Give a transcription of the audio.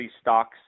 stocks